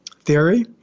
theory